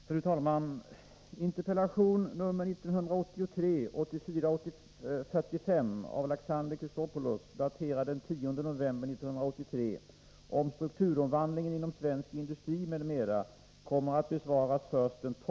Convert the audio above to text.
Fru talman!